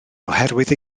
oherwydd